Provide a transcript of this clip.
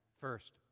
first